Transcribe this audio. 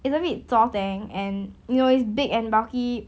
it's a bit zhor deng and you know it's big and bulky